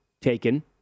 taken